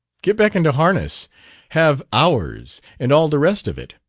get back into harness have hours and all the rest of it.